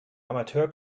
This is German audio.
amateur